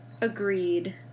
agreed